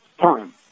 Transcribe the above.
time